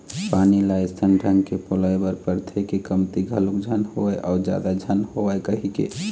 पानी ल अइसन ढंग के पलोय बर परथे के कमती घलोक झन होवय अउ जादा झन होवय कहिके